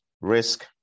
risk